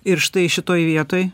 ir štai šitoj vietoj